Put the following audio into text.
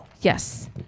Yes